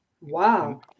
Wow